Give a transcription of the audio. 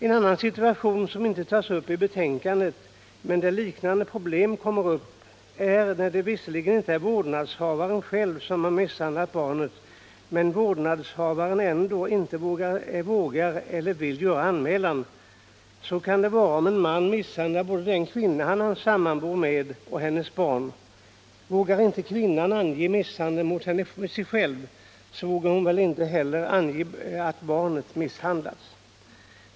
En annan situation, som inte tas upp i betänkandet men där liknande problem kommer upp, är när det visserligen inte är vårdnadshavaren själv som har misshandlat barnet men då vårdnadshavaren ändå inte vågar eller vill göra anmälan. Så kan det vara om en man misshandlar både den kvinna han sammanbor med och hennes barn. Vågar inte kvinnan ange misshandel mot henne själv, så vågar hon väl inte heller ange att barnet misshandlats.